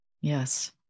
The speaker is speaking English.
Yes